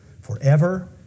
forever